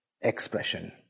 expression